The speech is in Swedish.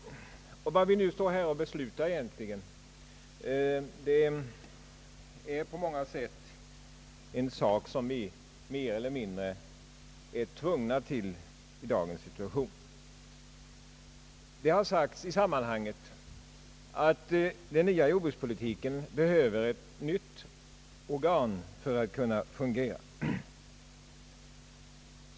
Vad vi nu står i begrepp att besluta är egentligen något som vi på många sätt är mer eller mindre tvungna till i dagens situation. Det har sagts att den nya jordbrukspolitiken behöver ett nytt organ för att kunna fungera.